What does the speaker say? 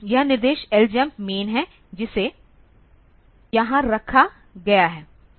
तो यह निर्देश LJMP मैन है जिसे यहाँ रखा गया है